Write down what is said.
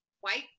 White